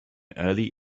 early